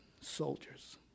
soldiers